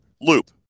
loop